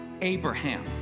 Abraham